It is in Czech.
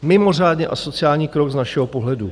Mimořádně asociální krok z našeho pohledu.